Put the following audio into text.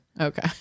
Okay